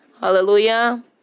Hallelujah